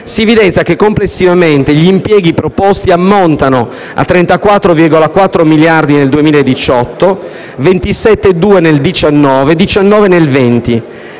si evidenzia che complessivamente gli impieghi proposti ammontano a 34,4 miliardi nel 2018, a 27,2 miliardi nel 2019